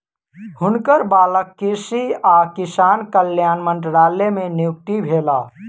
हुनकर बालक कृषि आ किसान कल्याण मंत्रालय मे नियुक्त भेला